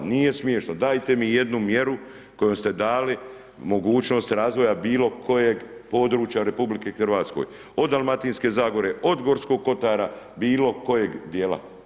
Nije smiješno, dajte mi jednu mjeru kojom ste dali mogućnost razvoja bilo kojeg područja u RH od Dalmatinske zagore, od Gorskog kotara, bilo kojeg dijela.